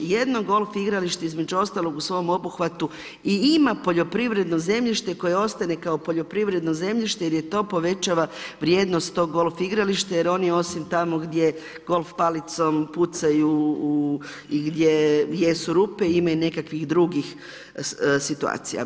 Jedno golf igralište između ostalog u svom obuhvatu i ima poljoprivredno zemljište koje ostane kao poljoprivredno zemljište jer to povećava vrijednost tog golf igrališta, jer oni osim tamo gdje golf palicom pucaju i gdje jesu rupe ima i nekakvih drugih situacija.